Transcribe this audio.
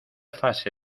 fase